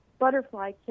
butterfly